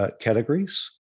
categories